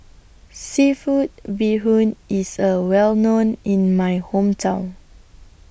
Seafood Bee Hoon IS A Well known in My Hometown